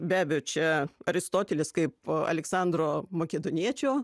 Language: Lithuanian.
be abejo čia aristotelis kaip aleksandro makedoniečio